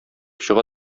чыга